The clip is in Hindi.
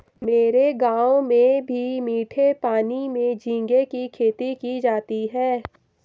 मेरे गांव में भी मीठे पानी में झींगे की खेती की जाती है